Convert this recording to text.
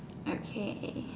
okay